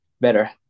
better